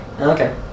Okay